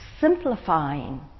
simplifying